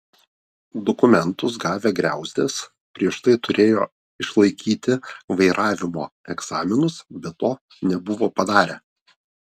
dokumentus gavę griauzdės prieš tai turėjo išlaikyti vairavimo egzaminus bet to nebuvo padarę